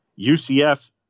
UCF